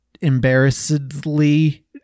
embarrassedly